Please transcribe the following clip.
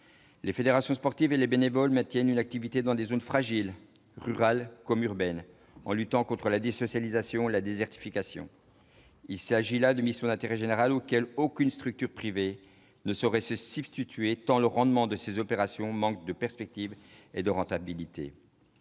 Les fédérations sportives et les bénévoles maintiennent une activité dans des zones fragiles, rurales comme urbaines, en luttant contre la désocialisation et la désertification. Il s'agit là de missions d'intérêt général auxquelles aucune structure privée ne saurait se substituer, tant ces opérations offrent un manque de perspectives et de rentabilité.